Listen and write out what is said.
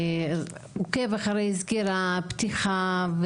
עוקב אחרי סגירה ופתיחה?